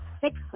six